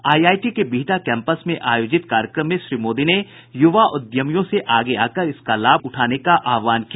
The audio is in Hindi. आईआईटी के बिहटा केंपस में आयोजित कार्यक्रम में श्री मोदी ने युवा उद्यमियों से आगे आकर इसका लाभ उठाने का आह्वान किया